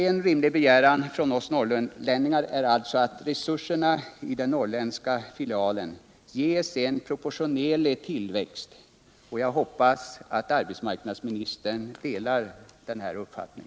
En rimlig begäran från oss norrlänningar är alltså att resurserna i den norrländska filialen ges en proportionerlig tillväxt. Jag hoppas att arbetsmarknadsministern delar denna uppfattning.